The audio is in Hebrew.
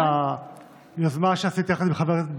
על היוזמה שעשית יחד עם חבר הכנסת ביטן.